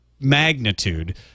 magnitude